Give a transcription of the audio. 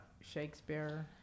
shakespeare